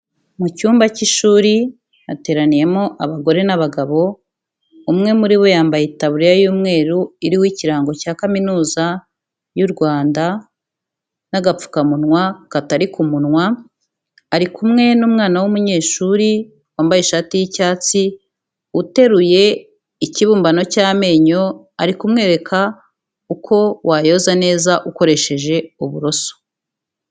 Mu cyumba cy'ishuri hateraniyemo abagore n'abagabo, umwe muri bo yambaye itabuririya y'umweru iriho ikirango cya kaminuza y'u Rwanda n'agapfukamunwa katari ku munwa, ari kumwe n'umwana w'umunyeshuri wambaye ishati y'icyatsi, uteruye ikibumbano cy'amenyo, ari kumwereka uko wayoza neza ukoresheje uburoso.